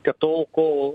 kad tol kol